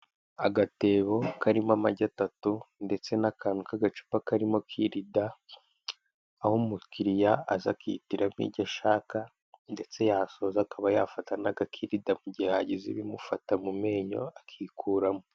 Agatebo karimo amagi atatu ndetse n'akantu k'agacupa karimo kirida; aho umukiriya aza akihitiramo igi ashaka; ndetse yasoza akaba yafata n'agakirida mu gihe hagize ibimufata mu menyo, akikuramo.